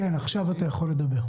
כן, עכשיו אתה יכול לדבר.